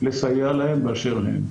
לסייע להם באשר הם.